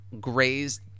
grazed